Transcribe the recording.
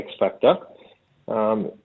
X-factor